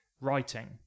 writing